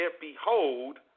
Behold